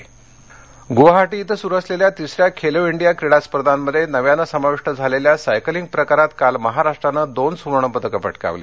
Khelo India Guwahati इथं सुरु असलेल्या तिसऱ्या खेलो इंडिया क्रीडा स्पर्धामध्ये नव्यानं समाविष्ट झालेल्या सायकलिंग प्रकारात काल महाराष्ट्रानं दोन सुवर्ण पदकं पटकावली